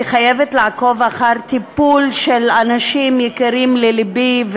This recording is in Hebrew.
חייבת לעקוב אחר טיפול באנשים שקרובים ללבי,